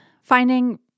finding